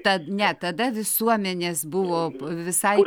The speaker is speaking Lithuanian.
tad ne tada visuomenės buvo visai